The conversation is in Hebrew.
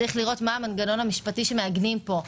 צריך לראות מה המנגנון המשפטי שמעגנים פה.